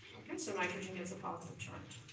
okay, so nitrogen gets a positive charge.